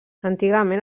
antigament